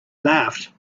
laughed